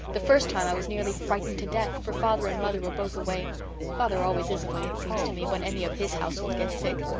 the first time i was nearly frightened to death, for father and mother were both away father always is away, it seems to me, when any of this household gets sick.